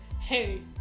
hey